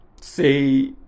say